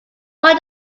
why